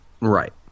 Right